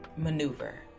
Maneuver